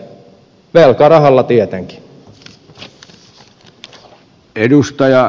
velkarahalla tietenkin